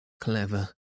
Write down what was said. clever